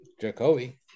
Jacoby